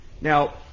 Now